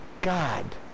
God